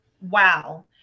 Wow